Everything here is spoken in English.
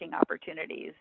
opportunities